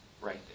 Right